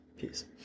Peace